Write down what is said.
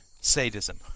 sadism